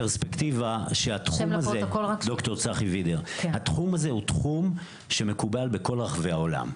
אני רוצה לתת פרספקטיבה שהתחום הזה הוא תחום שמקובל בכל רחבי העולם.